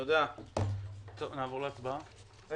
נעבור להצבעה, תודה.